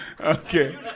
Okay